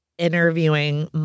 interviewing